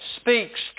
speaks